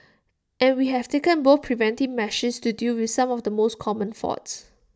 and we have taken both preventive measures to deal with some of the most common faults